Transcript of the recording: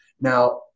Now